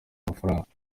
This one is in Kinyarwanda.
amafaranga